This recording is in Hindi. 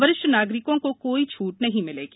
वरिष्ठ नागरिकों को कोई छूट नहीं मिलेगी